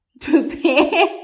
prepare